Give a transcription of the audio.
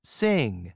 sing